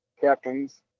captains